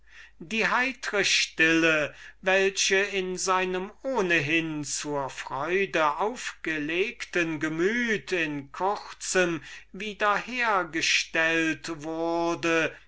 die heitre stille welche in seinem ohnehin zur freude aufgelegten gemüt in kurzem wieder hergestellt wurde